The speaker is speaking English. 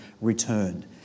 returned